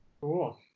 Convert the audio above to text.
cool